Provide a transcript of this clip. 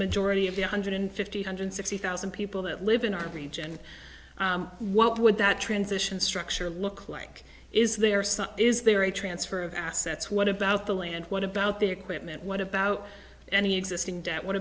majority of the one hundred fifty hundred sixty thousand people that live in our region what would that transition structure look like is there some is there a transfer of assets what about the land what about the equipment what about any existing debt what